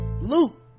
Luke